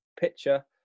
picture